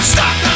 Stop